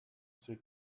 screw